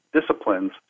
Disciplines